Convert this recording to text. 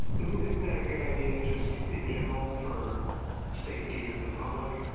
is that a good idea just in general for safety of the public